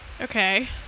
okay